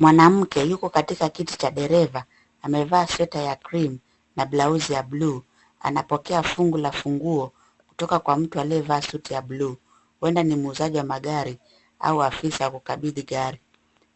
Mwanamke yuko katika kiti cha dereva amevaa sweta ya krimu na baluzi ya buluu. Anapokea fungu la funguo kutoka kwa mtu aliyevaa suti ya buluu. Huenda ni muuzaji wa magari au afisa wa kukabidhi gari.